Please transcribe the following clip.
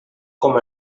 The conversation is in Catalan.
com